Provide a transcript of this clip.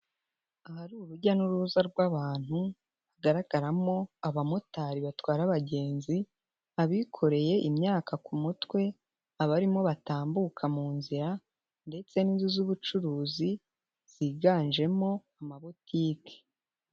Ahari urujya n'uruza rw'abantu hagaragaramo abamotari batwara abagenzi, abikoreye imyaka ku mutwe, abarimo batambuka mu nzira ndetse n'inzu z'ubucuruzi ziganjemo amabutiki.